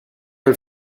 her